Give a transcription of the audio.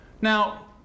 Now